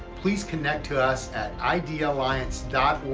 please connect to us at idealliance